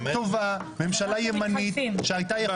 חבר הכסת קרעי יסיים ואתה הבא